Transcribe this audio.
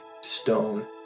stone